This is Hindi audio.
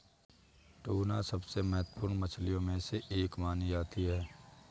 टूना सबसे महत्त्वपूर्ण मछलियों में से एक मानी जाती है